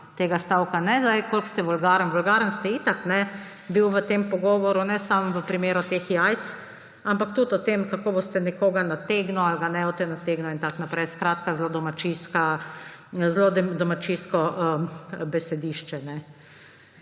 tega stavka. Ne zdaj, koliko ste vulgarni. Vulgarni ste itak bili v tem pogovoru, ne samo v primeru teh jajc, ampak tudi o tem, kako boste nekoga nategnili ali ne boste nategnili in tako naprej. Skratka, zelo domačijsko besedišče.